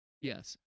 yes